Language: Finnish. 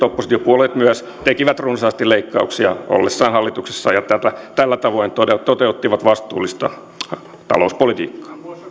oppositiopuolueet tekivät runsaasti leikkauksia ollessaan hallituksessa ja tällä tavoin toteuttivat vastuullista talouspolitiikkaa